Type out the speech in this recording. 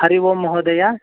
हरिः ओं महोदय